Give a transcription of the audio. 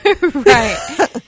right